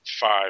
five